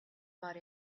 about